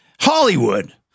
Hollywood